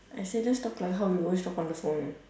I say let's talk like how we always talk on the phone